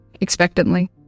expectantly